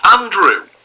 Andrew